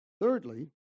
Thirdly